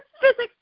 physics